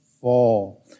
fall